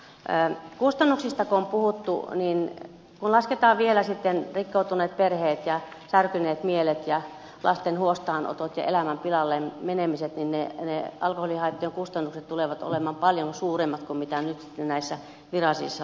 kustannuksista kun on puhuttu kun lasketaan vielä sitten rikkoutuneet perheet ja särkyneet mielet ja lasten huostaanotot ja elämän pilalle menemiset niin ne alkoholihaittojen kustannukset tulevat olemaan paljon suuremmat kuin mitä nyt näissä virallisissa laskelmissa on